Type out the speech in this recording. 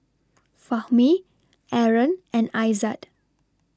Fahmi Aaron and Aizat